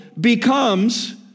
becomes